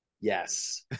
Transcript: Yes